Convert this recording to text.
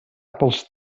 pels